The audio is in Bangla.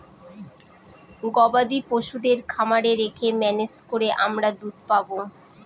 গবাদি পশুদের খামারে রেখে ম্যানেজ করে আমরা দুধ পাবো